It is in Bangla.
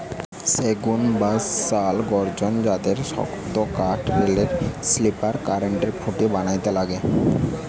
সেগুন, শাল বা গর্জন জাতের শক্তকাঠ রেলের স্লিপার, কারেন্টের খুঁটি বানাইতে লাগে